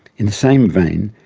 in the same vein,